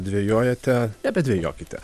dvejojate nebedvejokite